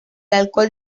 alcohol